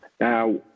Now